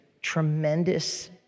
tremendous